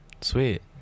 sweet